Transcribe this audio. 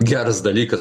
geras dalykas